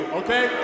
okay